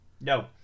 No